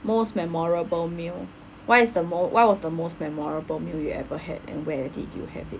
most memorable meal what is the mo~ what was the most memorable meal you ever had and where did you have it